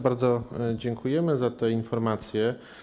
Bardzo dziękujemy za te informacje.